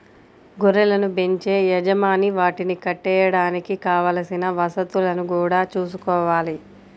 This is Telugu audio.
గొర్రెలను బెంచే యజమాని వాటిని కట్టేయడానికి కావలసిన వసతులను గూడా చూసుకోవాలి